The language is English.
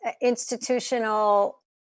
institutional